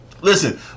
Listen